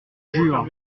jure